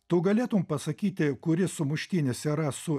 tu galėtum pasakyti kuris sumuštinis yra su